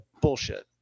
Bullshit